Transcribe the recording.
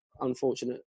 unfortunate